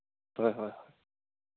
ꯍꯣꯏ ꯍꯣꯏ ꯍꯣꯏ